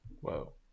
Whoa